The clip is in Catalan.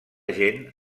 gent